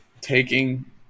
taking